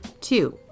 Two